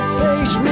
face